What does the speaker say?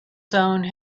zone